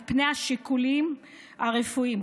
על פני השיקולים הרפואיים.